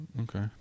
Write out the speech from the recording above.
Okay